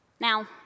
Now